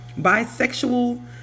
bisexual